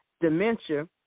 dementia